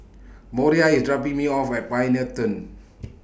Moriah IS dropping Me off At Pioneer Turn